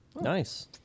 Nice